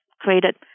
created